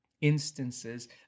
instances